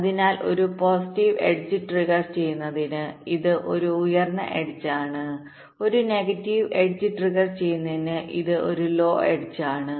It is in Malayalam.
അതിനാൽ ഒരു പോസിറ്റീവ് എഡ്ജ് ട്രിഗർ ചെയ്യുന്നതിന് ഇത് ഒരു ഉയർന്ന എഡ്ജ് ആണ് ഒരു നെഗറ്റീവ് എഡ്ജ് ട്രിഗർ ചെയ്യുന്നതിന് ഇത് ഒരു ലോ എഡ്ജ് ആണ്